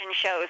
shows